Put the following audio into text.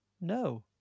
No